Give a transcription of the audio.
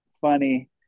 funny